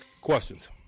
Questions